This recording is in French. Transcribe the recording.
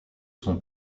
son